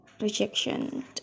rejection